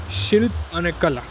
શિલ્પ અને કલા